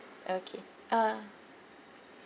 okay uh